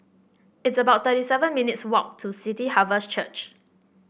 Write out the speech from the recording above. it's about thirty seven minutes' walk to City Harvest Church